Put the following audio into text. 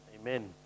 Amen